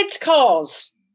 cars